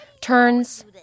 Turns